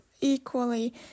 equally